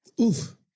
Oof